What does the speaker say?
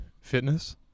fitness